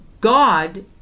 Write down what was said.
God